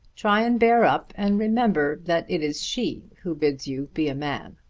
try and bear up and remember that it is she who bids you be a man.